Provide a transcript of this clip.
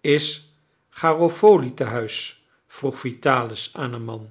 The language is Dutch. is garofoli tehuis vroeg vitalis aan een man